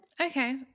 Okay